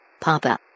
Papa